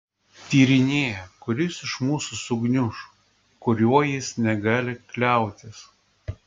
tyrinėja kuris iš mūsų sugniuš kuriuo jis negali kliautis